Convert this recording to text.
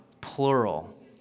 plural